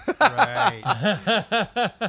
Right